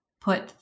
put